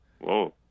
Whoa